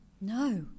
No